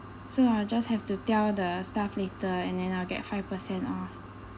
so I just have to tell the staff later and then I'll get five percent off